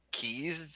keys